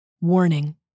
Warning